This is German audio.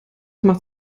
macht